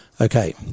Okay